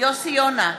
יוסי יונה,